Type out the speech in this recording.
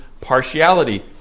partiality